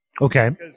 Okay